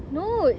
no